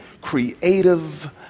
creative